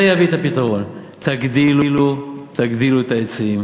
זה יביא את הפתרון: תגדילו, תגדילו את ההיצעים,